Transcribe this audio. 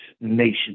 nation